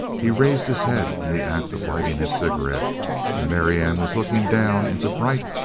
he raised his head in the act of lighting his cigarette and marianne was looking down into bright,